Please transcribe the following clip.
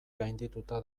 gaindituta